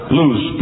lose